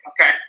Okay